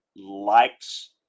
likes